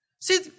See